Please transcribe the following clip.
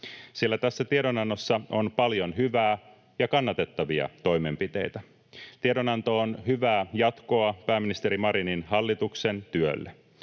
sillä tässä tiedonannossa on paljon hyvää ja kannatettavia toimenpiteitä. Tiedonanto on hyvää jatkoa pääministeri Marinin hallituksen työlle.